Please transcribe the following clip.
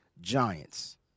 Giants